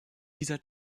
dieser